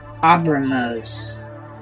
Abramos